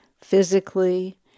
physically